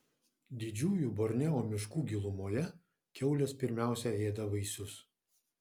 didžiųjų borneo miškų gilumoje kiaulės pirmiausia ėda vaisius